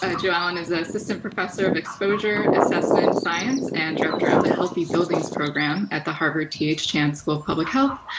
ah joe allen is an assistant professor of exposure assessment science and director of the healthy buildings program at the harvard th chan school of public health.